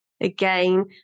again